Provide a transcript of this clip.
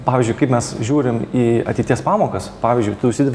pavyzdžiui kaip mes žiūrim į ateities pamokas pavyzdžiui tu užsidedi